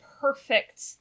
perfect